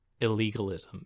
illegalism